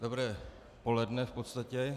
Dobré poledne, v podstatě.